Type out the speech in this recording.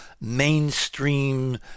mainstream